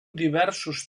diversos